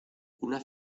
una